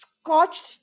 scorched